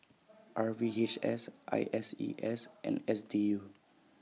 R V H S I S E A S and S D U